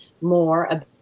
more